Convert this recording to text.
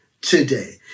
today